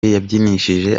yabyinishije